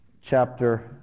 chapter